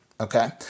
Okay